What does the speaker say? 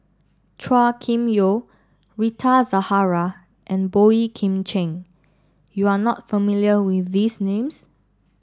Chua Kim Yeow Rita Zahara and Boey Kim Cheng You are not familiar with these names